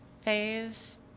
phase